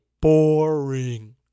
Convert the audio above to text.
Boring